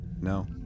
No